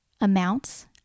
amounts